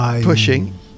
pushing